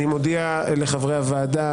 אני מודיע לחברי הוועדה,